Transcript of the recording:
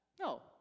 No